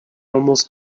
almost